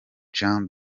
jean